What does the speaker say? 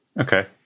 Okay